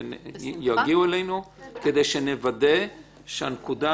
שיגיעו אלינו כדי שנוודא שהנקודה